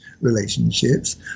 relationships